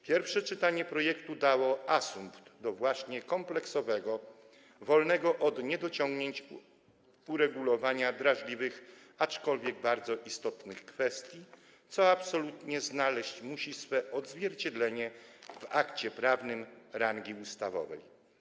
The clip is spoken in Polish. Pierwsze czytanie projektu dało asumpt do kompleksowego, wolnego od niedociągnięć uregulowania drażliwych kwestii, aczkolwiek bardzo istotnych, co absolutnie znaleźć musi swe odzwierciedlenie w akcie prawnym rangi ustawowej.